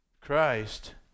Christ